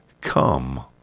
come